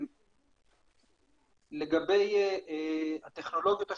לגבי הטכנולוגיות השונות,